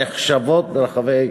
והנחשבות ביותר.